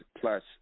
plus